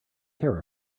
care